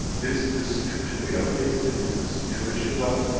this. this situation we are facing, is a situation of.